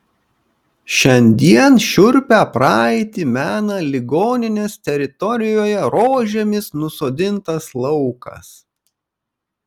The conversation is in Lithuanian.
šiandien šiurpią praeitį mena ligoninės teritorijoje rožėmis nusodintas laukas